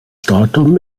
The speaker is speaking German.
datum